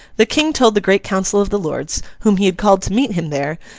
the king told the great council of the lords, whom he had called to meet him there,